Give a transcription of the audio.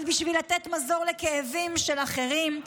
אבל בשביל לתת מזור לכאבים של אחרים,